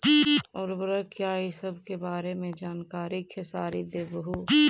उर्वरक क्या इ सके बारे मे जानकारी खेसारी देबहू?